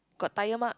got tired mark